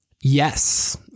Yes